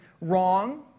wrong